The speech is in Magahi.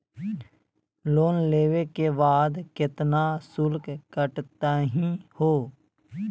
लोन लेवे के बाद केतना शुल्क कटतही हो?